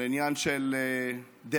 על העניין של דאגה